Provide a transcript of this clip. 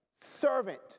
servant